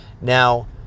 Now